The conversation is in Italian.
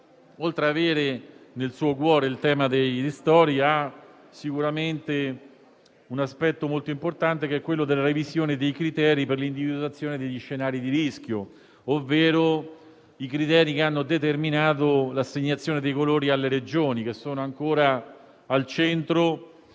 oltre avere nel suo cuore il tema dei ristori, ha sicuramente un aspetto molto importante, che è quello della revisione dei criteri per l'individuazione degli scenari di rischio, ovvero i criteri che hanno determinato l'assegnazione dei colori alle Regioni, che sono ancora al centro